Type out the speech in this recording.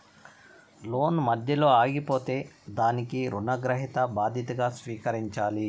లోను మధ్యలో ఆగిపోతే దానికి రుణగ్రహీత బాధ్యతగా స్వీకరించాలి